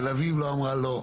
תל אביב לא אמרה לא.